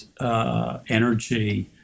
energy